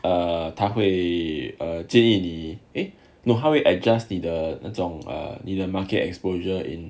err 他会 err 建议你 eh 他会 adjust 你的那种 err market exposure in